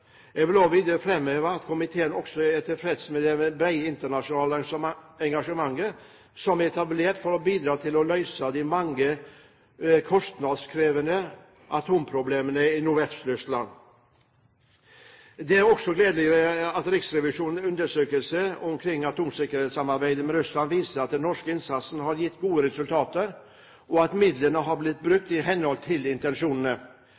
Jeg vil også videre framheve at komiteen også er tilfreds med det brede internasjonale engasjementet som er etablert for å bidra til å løse de mange kostnadskrevende atomproblemene i Nordvest-Russland. Det er også gledelig at Riksrevisjonens undersøkelse om atomsikkerhetssamarbeidet med Russland viser at den norske innsatsen har gitt gode resultater, og at midlene har blitt brukt i henhold til intensjonene.